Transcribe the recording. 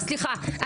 --- סליחה,